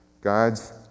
God's